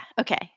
okay